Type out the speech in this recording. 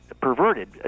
perverted